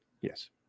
Yes